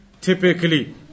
typically